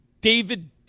David